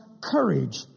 courage